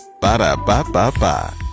Ba-da-ba-ba-ba